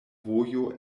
vojo